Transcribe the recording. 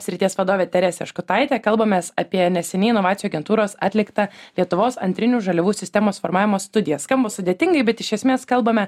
sritiės vadovė teresė škutaitė kalbamės apie neseniai inovacijų agentūros atliktą lietuvos antrinių žaliavų sistemos formavimo studiją skamba sudėtingai bet iš esmės kalbame